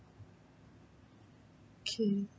okay